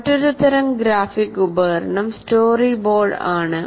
മറ്റൊരു തരം ഗ്രാഫിക് ഉപകരണം സ്റ്റോറിബോർഡ് ആണ്